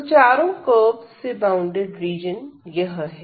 तो चारों कर्वस से बॉउंडेड रीजन यह है